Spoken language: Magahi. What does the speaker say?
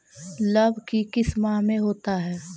लव की किस माह में होता है?